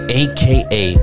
aka